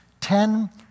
Ten